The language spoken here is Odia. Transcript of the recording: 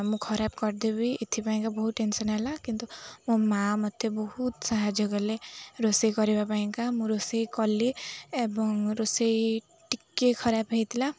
ମୁଁ ଖରାପ କରିଦେବି ଏଥିପାଇଁକା ବହୁତ ଟେନସନ୍ ହେଲା କିନ୍ତୁ ମୋ ମାଆ ମତେ ବହୁତ ସାହାଯ୍ୟ କଲେ ରୋଷେଇ କରିବା ପାଇଁକା ମୁଁ ରୋଷେଇ କଲି ଏବଂ ରୋଷେଇ ଟିକେ ଖରାପ ହେଇଥିଲା